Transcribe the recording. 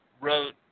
wrote